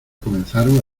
comenzaron